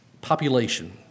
population